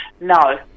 No